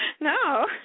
No